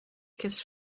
kiss